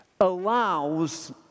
allows